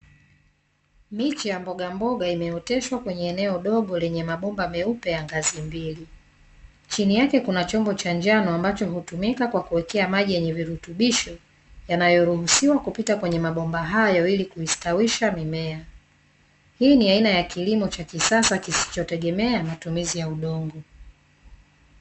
Miche ya mbogamboga imeoteshwa kwenye eneo dogo lenye mabomba meupe ya ngazi mbili, chini yake kuna chombo cha njano ambacho hutumika kwa kuwekea maji yenye virutubisho yanayoruhusiwa kupita kwenye mabomba hayo ili kuistawisha mimea. Hii ni aina ya kilimo cha kisasa kisichotegemea matumizi ya udongo.